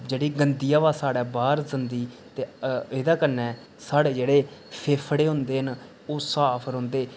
जेहड़ी गंदी हबा साढ़े बाहर जंदी ते एह्दे कन्नै साढ़े जेह्ड़े फेफड़े होंदे न ओह् साफ रौंह्दे